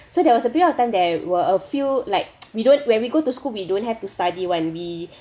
so there was a bit of time there were a few like we don't when we go to school we don't have to study [one] we